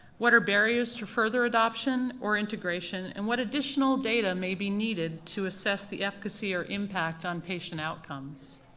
what are barriers to further adoption or integration, and what additional data may be needed to assess the efficacy or impact impact on patient outcomes?